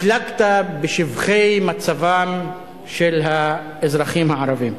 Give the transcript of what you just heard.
הפלגת בשבחי מצבם של האזרחים הערבים.